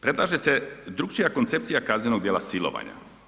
Predlaže se drukčija koncepcija kaznenog djela silovanja.